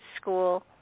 school